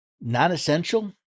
non-essential